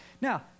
Now